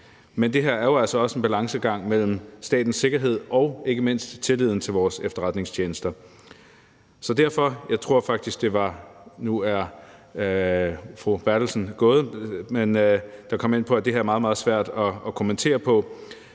Men det her er jo altså også en balancegang mellem statens sikkerhed og ikke mindst tilliden til vores efterretningstjenester. Jeg tror faktisk, det var fru Anne Valentina Berthelsen – som nu er gået – der kom ind på, at det her er meget, meget svært at kommentere på.